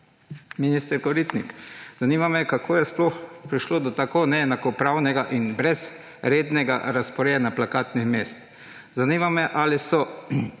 Minister Koritnik, zanima me: Kako je prišlo do tako neenakopravnega in brezrednega razporejanja plakatnih mest? Ali so